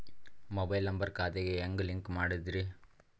Mobile number ಖಾತೆ ಗೆ ಹೆಂಗ್ ಲಿಂಕ್ ಮಾಡದ್ರಿ?